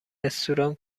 رستوران